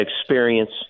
experience